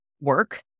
work